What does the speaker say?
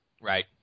Right